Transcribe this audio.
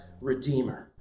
Redeemer